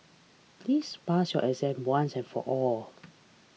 please pass your exam once and for all